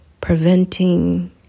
preventing